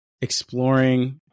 exploring